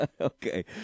Okay